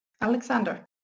Alexander